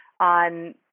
on